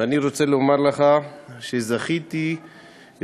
ואני רוצה לומר לך שזכיתי לראות